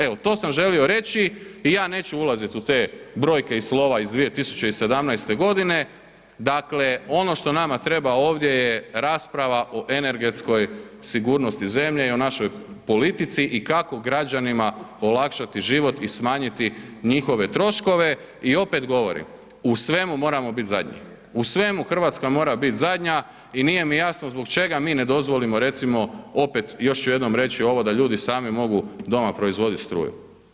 Evo to sam želio reći i ja neću ulazit u te brojke i slova iz 2017. g. Dakle ono što nama treba ovdje je rasprava o energetskoj sigurnosti zemlje i o našoj politici i kako građanima olakšati život i smanjiti njihove troškove i opet govorim, u svemu moramo bit zadnji, u svemu Hrvatska mora bit zadnja i nije mi jasno zbog čega mi ne dozvolimo recimo opet, još ću jednom reći ovo da ću jednom reći da ljudi sami mogu doma proizvodit struju.